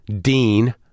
Dean